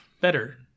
better